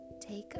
Take